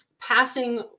passing